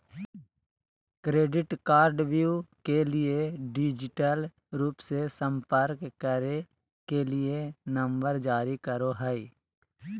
credit कार्डव्यू के लिए डिजिटल रूप से संपर्क करे के लिए नंबर जारी करो हइ